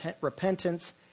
repentance